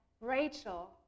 Rachel